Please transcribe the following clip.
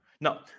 No